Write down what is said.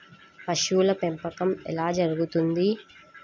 పశువుల పెంపకం ఎలా జరుగుతుంది?